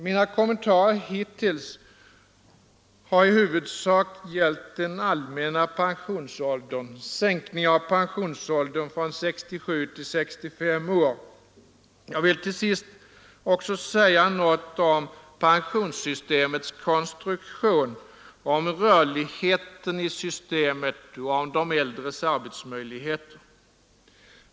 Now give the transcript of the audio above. Mina kommentarer hittills har i huvudsak gällt den allmänna pensionsåldern — sänkning av pensionsåldern från 67 till 65 år. Jag vill till sist också säga några ord om pensionssystemets konstruktion, om rörligheten i systemet och om de äldres arbetsmöjligheter.